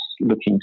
looking